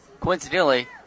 coincidentally